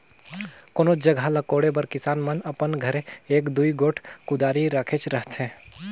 कोनोच जगहा ल कोड़े बर किसान मन अपन घरे एक दूई गोट कुदारी रखेच रहथे